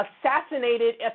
assassinated